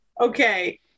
okay